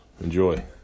Enjoy